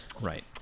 Right